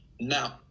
Now